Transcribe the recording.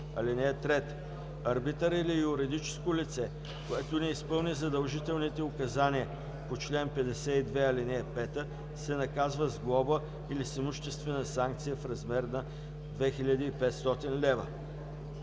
размер. (3) Арбитър или юридическо лице, което не изпълни задължителните указания по чл. 52, ал. 5 се наказва с глоба или с имуществена санкция в размер на 2500 лева.